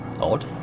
Odd